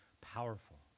powerful